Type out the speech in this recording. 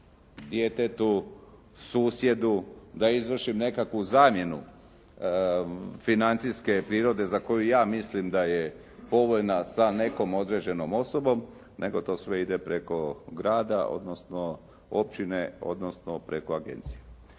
djetetu, susjedu da izvršim nekakvu zamjenu financijske prirode za koju ja mislim da je povoljna sa nekom određenom osobom, nego to sve ide preko grada, odnosno općine, odnosno preko agencije.